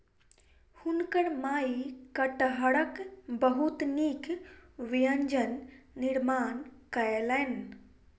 हुनकर माई कटहरक बहुत नीक व्यंजन निर्माण कयलैन